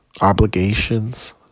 obligations